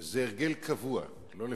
זה הרגל קבוע, לא לפעמים.